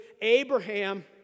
Abraham